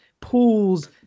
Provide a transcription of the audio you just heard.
pools